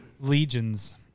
legions